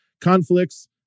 conflicts